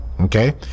okay